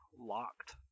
locked